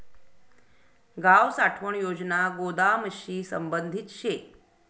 गाव साठवण योजना गोदामशी संबंधित शे